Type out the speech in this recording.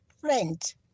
friend